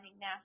now